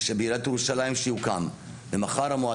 בעיריית ירושלים ומחר המועצה,